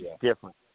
different